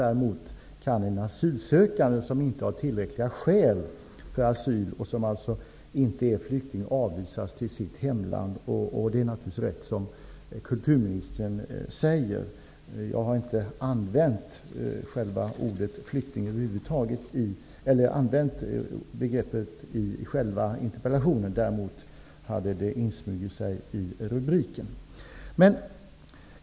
Däremot kan en asylsökande som inte har tillräckliga skäl för asyl och som alltså inte är flykting avvisas till sitt hemland. Det kulturministern säger är naturligtvis rätt. Jag har inte använt begreppet flykting i själva interpellationen -- däremot hade det insmugit sig i rubriken.